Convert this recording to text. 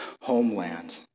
homeland